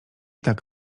tak